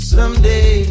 Someday